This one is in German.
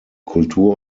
kultur